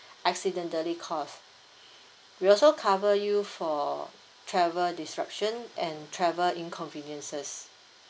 accidentally caused we also cover you for travel disruption and travel inconveniences